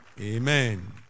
Amen